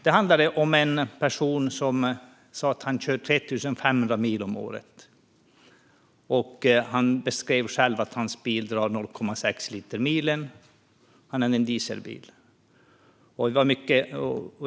Det var från en person som skrev att han kör 3 500 mil om året och att hans bil drar 0,6 liter milen. Det var en dieselbil.